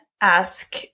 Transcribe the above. ask